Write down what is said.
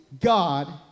God